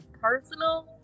personal